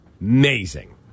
Amazing